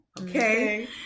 Okay